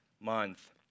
month